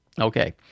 okay